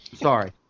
sorry